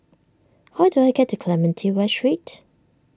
how do I get to Clementi West Street